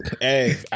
Hey